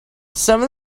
some